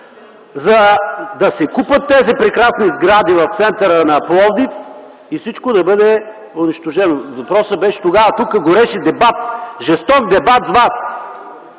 За да се купят тези прекрасни сгради в центъра на Пловдив и всичко да бъде унищожено. Тук тогава гореше дебат, жесток дебат с вас.